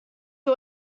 wir